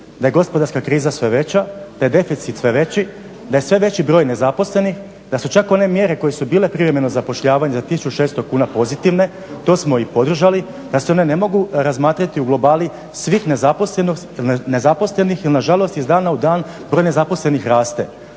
da je gospodarska kriza sve veća, da je deficit sve veći, da je sve veći broj nezaposlenih, da su čak one mjere koje su bile za privremeno zapošljavanje za 1600 kuna pozitivne, to smo i podržali, pa se one ne mogu razmatrati u globali svih nezaposlenih jer nažalost iz dana u dan broj nezaposlenih raste.